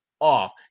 off